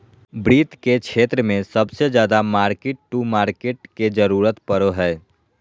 वित्त के क्षेत्र मे सबसे ज्यादा मार्किट टू मार्केट के जरूरत पड़ो हय